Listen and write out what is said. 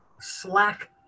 slack